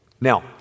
Now